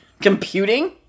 computing